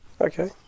Okay